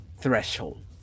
threshold